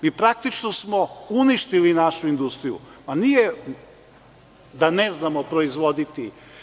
Jer, praktično smo uništili našu industriju, a nije da ne znamo proizvoditi.